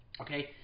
Okay